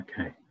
Okay